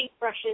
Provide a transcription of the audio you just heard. paintbrushes